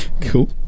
Cool